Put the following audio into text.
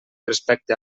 respecte